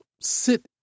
sit